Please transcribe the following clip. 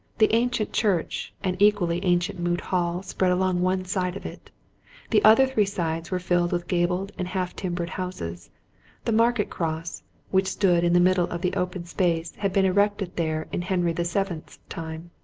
the ancient church and equally ancient moot hall spread along one side of it the other three sides were filled with gabled and half-timbered houses the market-cross which stood in the middle of the open space had been erected there in henry the seventh's time.